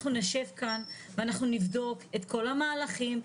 אנחנו נשב כאן ואנחנו נבדוק את כל המהלכים,